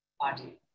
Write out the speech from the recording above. body